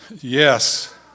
Yes